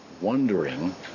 wondering